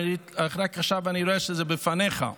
רק עכשיו אני רואה שזה בפניך.